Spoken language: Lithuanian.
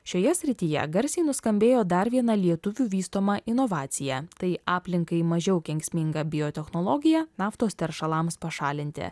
šioje srityje garsiai nuskambėjo dar viena lietuvių vystoma inovacija tai aplinkai mažiau kenksminga biotechnologija naftos teršalams pašalinti